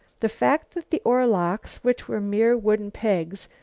the fact that the oar-locks, which were mere wooden pegs,